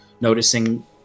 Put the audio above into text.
noticing